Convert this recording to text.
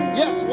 yes